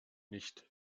nicht